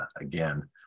again